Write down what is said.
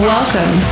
Welcome